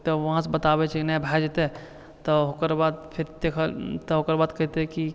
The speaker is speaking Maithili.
तऽ वहांँसँ बताबै छै कि नहि भए जेतै तऽ ओकर बाद फेर तऽ ओकर बाद कहतै कि